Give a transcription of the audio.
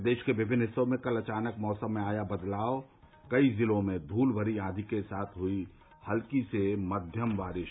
प्रदेश के विभिन्न हिस्सों में कल अचानक मौसम में आया बदलाव कई जिलों में धूलमरी आंधी के साथ हुई हल्की से मध्यम बारिश